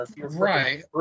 Right